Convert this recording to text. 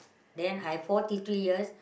then I forty three years